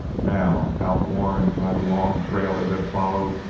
now, outworn by the long trail it had followed,